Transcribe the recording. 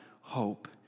hope